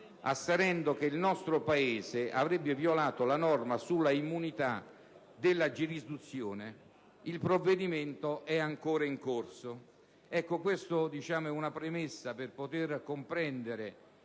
asserendo che il nostro Paese avrebbe violato la norma sulla immunità dalla giurisdizione. Il provvedimento è ancora in corso. Questa è una premessa per poter comprendere